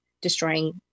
destroying